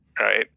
right